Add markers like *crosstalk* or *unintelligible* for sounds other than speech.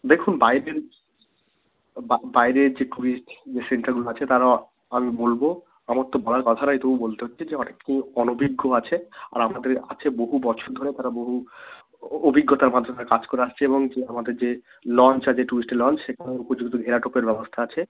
দেখুন বাইরের বাইরের যে ট্যুরিস্ট যে সেন্টারগুলো আছে তারাও আমি বলব আমার তো বলার কথা নয় তবু বলতে হচ্ছে যে অনেক *unintelligible* অনভিজ্ঞ আছে আর আমাদের আছে বহু বছর ধরে তারা বহু অভিজ্ঞতার মাধ্যমে কাজ করে আসছে এবং যে আমাদের যে লঞ্চ আছে ট্যুরিস্টের লঞ্চ সেখানে উপযুক্ত ঘেরাটোপের ব্যবস্থা আছে